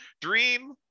Dream